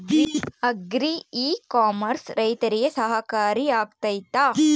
Agri e commerce ರೈತರಿಗೆ ಸಹಕಾರಿ ಆಗ್ತೈತಾ?